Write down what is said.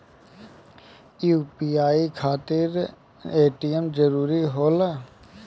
UPI खातिर ATM जरूरी होला?